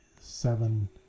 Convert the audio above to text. seven